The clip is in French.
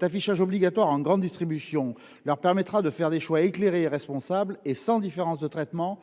L’affichage obligatoire en grande distribution, que nous proposons, leur permettra d’opérer des choix éclairés et responsables, sans différence de traitement